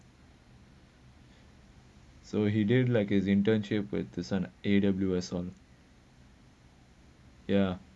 so he didn't like his internship with this [one] A_W_S [one] ya